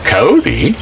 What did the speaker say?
Cody